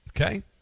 Okay